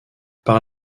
par